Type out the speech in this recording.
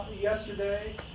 yesterday